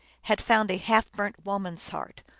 had found a half burnt woman s heart.